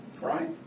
Right